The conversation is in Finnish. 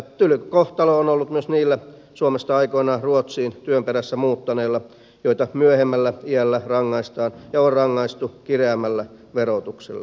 tyly kohtalo on ollut myös niillä suomesta aikoinaan ruotsiin työn perässä muuttaneilla joita myöhemmällä iällä rangaistaan ja on rangaistu kireämmällä verotuksella